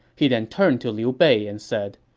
he then turned to liu bei and said,